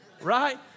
right